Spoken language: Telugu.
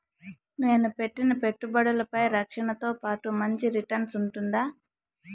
నేను పెట్టిన పెట్టుబడులపై రక్షణతో పాటు మంచి రిటర్న్స్ ఉంటుందా?